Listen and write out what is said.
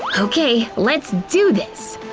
okay, let's do this!